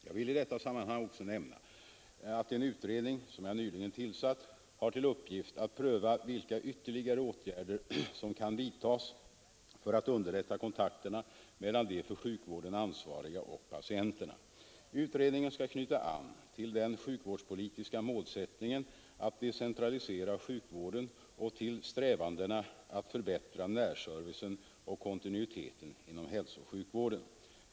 Jag vill i detta sammanhang också nämna att en utredning som jag nyligen tillsatt har till uppgift att pröva vilka ytterligare åtgärder som kan vidtas för att underlätta kontakterna mellan de för sjukvården ansvariga och patienterna. Utredningen skall knyta an till den sjukvårdspolitiska målsättningen att decentralisera sjukvården och till strävandena att förbättra närservicen och kontinuiteten inom hälsooch sjukvården.